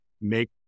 make